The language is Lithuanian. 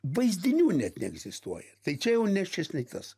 vaizdinių net neegzistuoja tai čia jau ne šis nei tas